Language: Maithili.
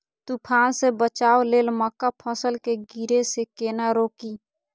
तुफान से बचाव लेल मक्का फसल के गिरे से केना रोकी?